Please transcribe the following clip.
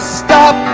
stop